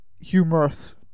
humorous